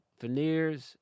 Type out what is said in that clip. veneers